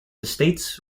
estates